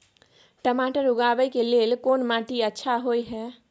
टमाटर उगाबै के लेल कोन माटी अच्छा होय है?